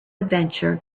adventure